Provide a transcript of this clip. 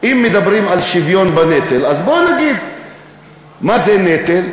אם מדברים על שוויון בנטל, אז בוא נגיד מה זה נטל.